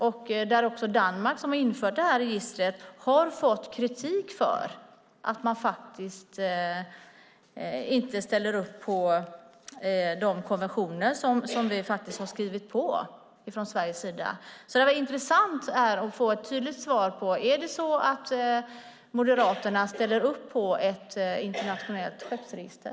Och Danmark, som har infört det här registret, har fått kritik för att man inte ställer upp på de konventioner som vi faktiskt har skrivit på från Sveriges sida. Det skulle vara intressant att få ett tydligt svar: Är det så att Moderaterna ställer upp på ett internationellt skeppsregister?